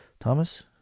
Thomas